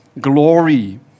glory